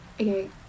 Okay